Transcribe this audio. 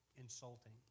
insulting